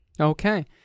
Okay